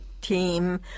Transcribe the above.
team